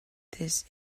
this